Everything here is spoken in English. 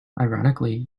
ironically